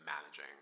managing